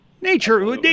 Nature